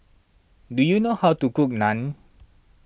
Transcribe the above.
do you know how to cook Naan